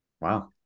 Wow